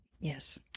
yes